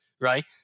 right